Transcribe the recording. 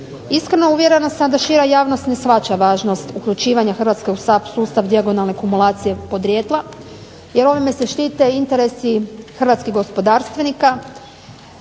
Iskreno uvjerena sam da šira javnost ne shvaća javnost uključivanja Hrvatske u SAP sustav dijagonalne kumulacije podrijetla jer ovime se štite interesi Hrvatskih gospodarstvenika,